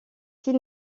six